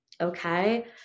okay